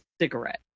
cigarette